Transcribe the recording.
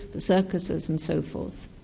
for circuses and so forth.